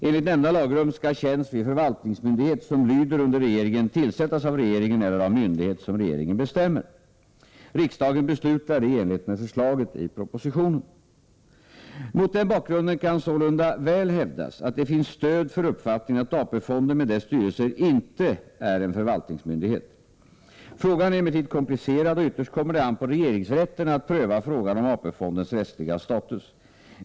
Enligt nämnda lagrum skall tjänst vid förvaltningsmyndighet som lyder under regeringen tillsättas av regeringen eller av myndighet som regeringen bestämmer. Riksdagen beslutade i enlighet med förslaget i propositionen. Mot denna bakgrund kan sålunda väl hävdas att det finns stöd för uppfattningen att AP-fonden med dess styrelser inte är en förvaltningsmyndighet. Frågan är emellertid komplicerad, och ytterst kommer det an på regeringsrätten att pröva frågan om AP-fondens rättsliga status.